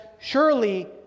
Surely